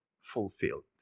fulfilled